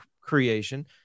creation